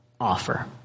offer